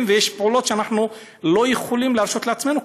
ויש פעולות שאנחנו לא יכולים להרשות לעצמנו,